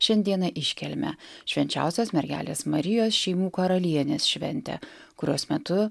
šiandieną iškilmę švenčiausios mergelės marijos šeimų karalienės šventę kurios metu